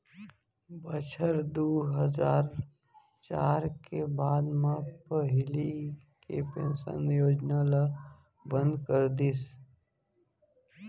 बछर दू हजार चार के बाद म पहिली के पेंसन योजना ल बंद कर दिस